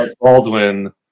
baldwin